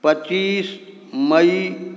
पच्चीस मइ